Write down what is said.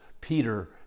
Peter